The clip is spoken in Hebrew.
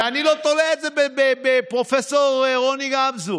ואני לא תולה את זה בפרופ' רוני גמזו.